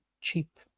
cheap